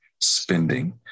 spending